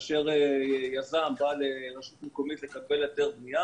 כאשר באה רשות מקומית לקבל היתר בנייה